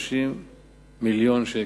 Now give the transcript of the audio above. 530 מיליון שקל.